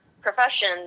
profession